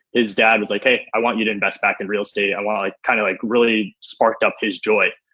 his dad was like, hey, i want you to invest back in real estate. i wanna like kinda kind of like really sparked up his joy.